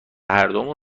هردومون